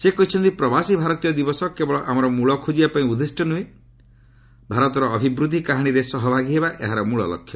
ସେ କହିଛନ୍ତି ପ୍ରବାସୀ ଭାରତୀୟ ଦିବସ କେବଳ ଆମର ମୂଳ ଖୋଜିବା ପାଇଁ ଉଦ୍ଦିଷ୍ଟ ନୁହେଁ ଭାରତୀୟ ଅଭିବୃଦ୍ଧି କାହାଣୀରେ ସହଭାଗୀ ହେବା ଏହାର ମୂଳ ଲକ୍ଷ୍ୟ